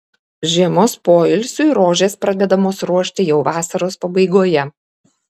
žiemos poilsiui rožės pradedamos ruošti jau vasaros pabaigoje